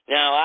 Now